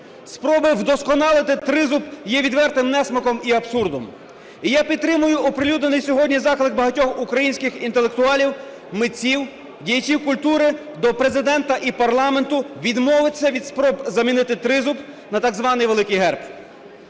Спроби вдосконалити Тризуб є відвертим несмаком і абсурдом. І я підтримую оприлюднений сьогодні заклик багатьох українських інтелектуалів, митців, діячів культури до Президента і парламенту відмовитися від спроб замінити Тризуб на так званий великий герб.